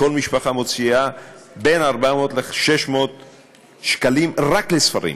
מוציאים בין 400 ל-600 שקלים רק על ספרים.